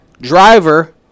driver